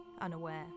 unaware